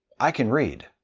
i can read!